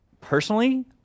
Personally